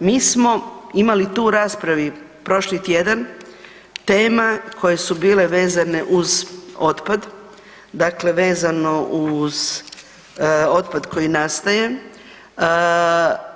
Mi smo imali tu u raspravi prošli tjedan tema koje su bile vezane uz otpad, dakle vezano uz otpad koji nastaje